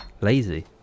lazy